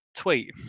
Tweet